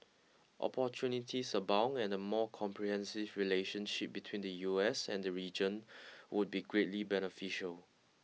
opportunities abound and a more comprehensive relationship between the U S and the region would be greatly beneficial